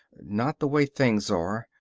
not the way things are.